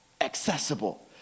accessible